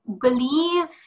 believe